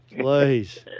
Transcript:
Please